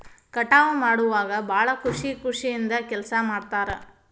ಕಟಾವ ಮಾಡುವಾಗ ಭಾಳ ಖುಷಿ ಖುಷಿಯಿಂದ ಕೆಲಸಾ ಮಾಡ್ತಾರ